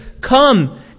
Come